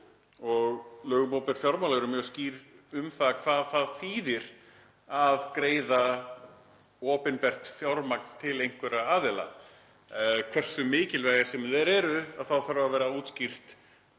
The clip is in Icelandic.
Lög um opinber fjármál eru mjög skýr um hvað það þýðir að greiða opinbert fjármagn til einhverra aðila. Hversu mikilvægir sem þeir eru þarf það að vera útskýrt